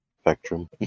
spectrum